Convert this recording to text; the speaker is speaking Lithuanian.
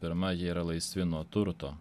pirma jie yra laisvi nuo turto